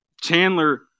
Chandler